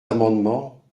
amendements